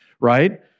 right